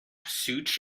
suit